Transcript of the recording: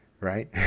right